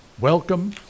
Welcome